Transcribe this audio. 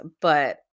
but-